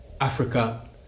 Africa